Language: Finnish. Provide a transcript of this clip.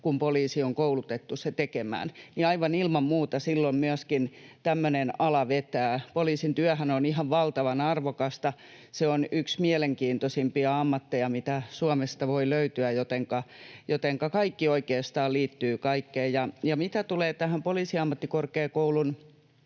kuin poliisi on koulutettu se tekemään, niin aivan ilman muuta silloin myöskin tämmöinen ala vetää. Poliisin työhän on ihan valtavan arvokasta. Se on yksi mielenkiintoisimpia ammatteja, mitä Suomesta voi löytyä, jotenka kaikki oikeastaan liittyy kaikkeen. Ja mitä tulee tähän Poliisiammattikorkeakouluun